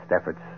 efforts